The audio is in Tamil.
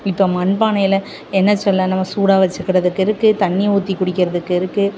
இப்போ மண்பானையில் என்ன சொல்லாம் நம்ம சூடாக வச்சிக்கிறதுக்கு இருக்குது தண்ணி ஊற்றி குடிக்கிறதுக்கு இருக்குது